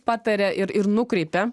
pataria ir ir nukreipia